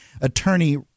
attorney